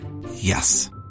Yes